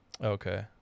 Okay